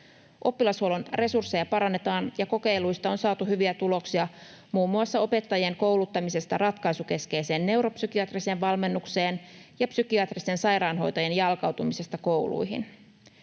Oppilashuollon resursseja parannetaan, ja kokeiluista on saatu hyviä tuloksia muun muassa opettajien kouluttamisesta ratkaisukeskeiseen neuropsykiatriseen valmennukseen ja psykiatristen sairaanhoitajien jalkautumisesta kouluihin.